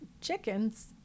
chickens